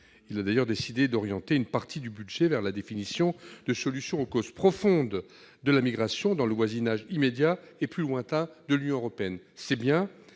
Il a d'ailleurs décidé d'orienter une partie du budget vers la définition de solutions aux « causes profondes de la migration dans le voisinage immédiat et plus lointain de l'Union européenne ». C'est bien,